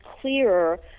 clearer